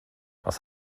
was